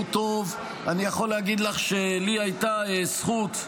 הוא טוב, אני יכול להגיד לך שלי הייתה הזכות,